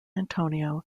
antonio